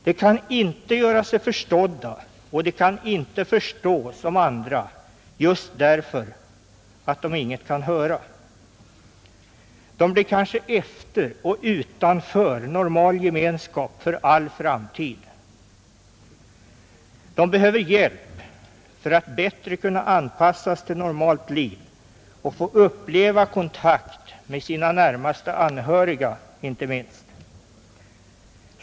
De kan inte göra sig förstådda och de kan inte förstå de andra just därför att de inget kan höra. De blir kanske efter i utvecklingen och kommer utanför normal gemenskap för all framtid. De behöver hjälp för att bättre kunna anpassas till normalt liv och inte minst få uppleva kontakt med sina närmaste anhöriga.